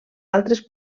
altres